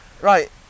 Right